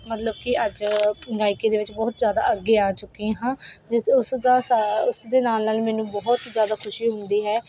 ਮਤਲਬ ਕਿ ਅੱਜ ਗਾਇਕੀ ਦੇ ਵਿੱਚ ਬਹੁਤ ਜ਼ਿਆਦਾ ਅੱਗੇ ਆ ਚੁੱਕੀ ਹਾਂ ਜਿਸ ਉਸ ਦਾ ਸਾ ਉਸ ਦੇ ਨਾਲ ਨਾਲ ਮੈਨੂੰ ਬਹੁਤ ਜ਼ਿਆਦਾ ਖੁਸ਼ੀ ਹੁੰਦੀ ਹੈ